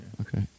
Okay